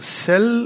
cell